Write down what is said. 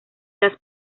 las